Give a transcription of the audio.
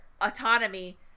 autonomy